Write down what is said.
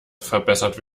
verbessert